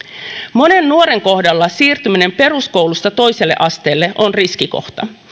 monen nuoren kohdalla siirtyminen peruskoulusta toiselle asteelle on riskikohta